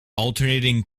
alternating